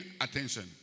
attention